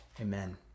amen